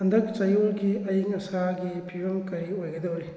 ꯍꯟꯗꯛ ꯆꯌꯣꯜꯒꯤ ꯑꯌꯤꯡ ꯑꯁꯥꯒꯤ ꯐꯤꯕꯝ ꯀꯔꯤ ꯑꯣꯏꯒꯗꯧꯔꯤ